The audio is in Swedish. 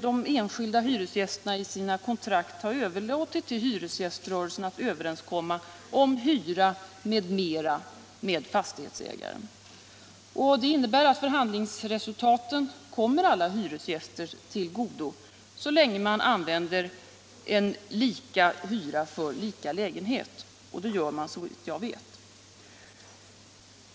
De enskilda hyresgästerna har ju i sina kontrakt överlåtit till hyresgäströrelsen att överenskomma om hyra m.m. med fastighetsägaren, vilket innebär att förhandlingsresultaten kommer alla hyresgäster till godo så länge man använder lika hyra för lika lägenhet. Och det gör man såvitt jag vet.